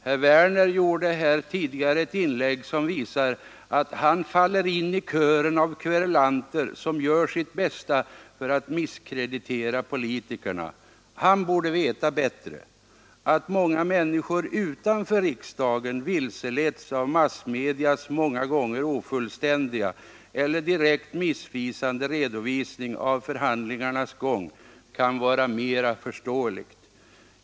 Herr Werner i Tyresö gjorde tidigare ett inlägg, som visade att han faller in i den kör av kverulanter som gör sitt bästa för att misskreditera politikerna. Han borde veta bättre. Att många människor utanför riksdagen vilseleddes av massmedias många gånger ofullständiga eller direkt missvisande redovisning av förhandlingarnas gång kan vara mera förståeligt.